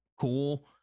cool